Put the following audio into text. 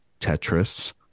Tetris